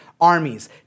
armies